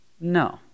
no